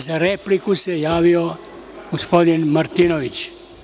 Za repliku se javio gospodin Martinović.